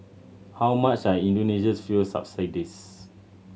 how much are Indonesia's fuel subsidies